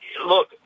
Look